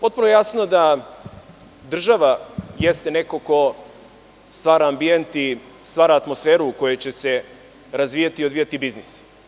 Potpuno je jasno da država jeste neko ko stvara ambijent i stvara atmosferu u kojoj će se razvijati i odvijati biznis.